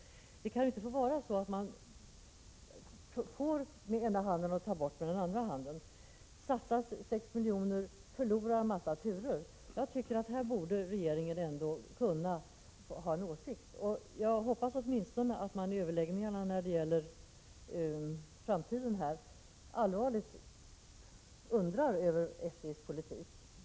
Det kan inte få vara så att man ger med den ena handen och tar med den andra. Det satsas 6 milj.kr. och man förlorar en mängd turer. Här borde regeringen ändå kunna ha en åsikt. Jag hoppas åtminstone att man vid överläggningarna när det gäller framtiden allvarligt undersöker SJ:s politik.